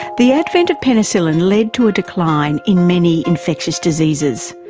the advent of penicillin led to a decline in many infectious diseases,